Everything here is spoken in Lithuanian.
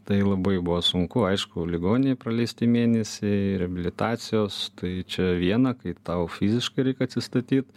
tai labai buvo sunku aišku ligoninėj praleisti mėnesiai reabilitacijos tai čia viena kai tau fiziškai reikia atsistatyt